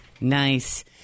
Nice